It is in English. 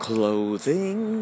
Clothing